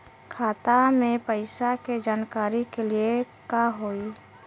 खाता मे पैसा के जानकारी के लिए का होई?